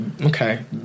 Okay